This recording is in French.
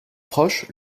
proche